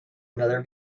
another